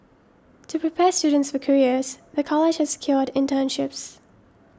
to prepare students for careers the college has secured internships